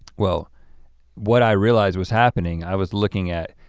well what i realized was happening, i was looking at